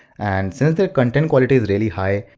and since their content quality is really high,